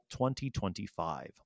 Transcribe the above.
2025